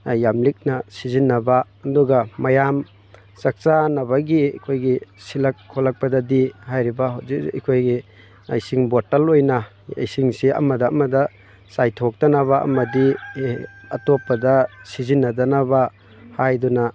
ꯌꯥꯝ ꯂꯤꯛꯅ ꯁꯤꯖꯤꯟꯅꯕ ꯑꯗꯨꯒ ꯃꯌꯥꯝ ꯆꯥꯛꯆꯥꯅꯕꯒꯤ ꯑꯩꯈꯣꯏꯒꯤ ꯁꯤꯜꯂꯛ ꯈꯣꯠꯂꯛꯄꯗꯗꯤ ꯍꯥꯏꯔꯤꯕ ꯍꯧꯖꯤꯛ ꯍꯧꯖꯤꯛ ꯑꯩꯈꯣꯏꯒꯤ ꯏꯁꯤꯡ ꯕꯣꯇꯜ ꯑꯣꯏꯅ ꯏꯁꯤꯡꯁꯤ ꯑꯃꯗ ꯑꯃꯗ ꯆꯥꯏꯊꯣꯛꯇꯅꯕ ꯑꯃꯗꯤ ꯑꯇꯣꯞꯄꯗ ꯁꯤꯖꯤꯟꯅꯗꯅꯕ ꯍꯥꯏꯗꯨꯅ